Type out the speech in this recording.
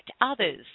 others